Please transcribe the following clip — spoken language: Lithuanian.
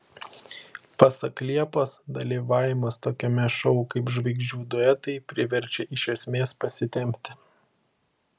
pasak liepos dalyvavimas tokiame šou kaip žvaigždžių duetai priverčia iš esmės pasitempti